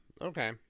okay